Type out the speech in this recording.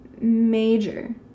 major